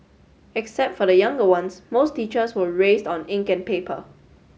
except for the younger ones most teachers were raised on ink and paper